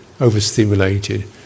overstimulated